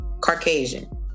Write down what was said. Caucasian